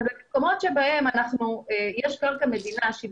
אבל במקומות שבהם יש קרקע מדינה שהיא